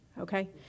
Okay